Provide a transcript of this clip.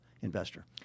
investor